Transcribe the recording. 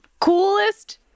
Coolest